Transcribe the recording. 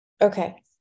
Okay